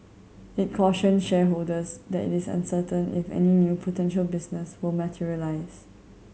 it cautioned shareholders that it is uncertain if any new potential business will materialise